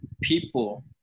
people